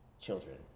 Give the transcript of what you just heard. children